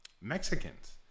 Mexicans